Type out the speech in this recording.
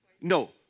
No